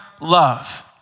love